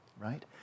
right